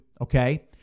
Okay